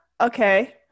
Okay